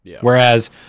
Whereas